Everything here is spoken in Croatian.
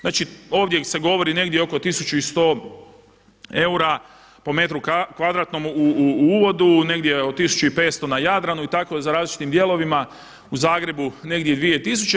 Znači, ovdje se govori negdje oko 1100 eura po metru kvadratnom u uvodu, negdje od 1500 na Jadranu i tako na različitim dijelovima, u Zagrebu negdje 2000.